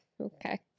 okay